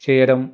చేయడం